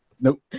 Nope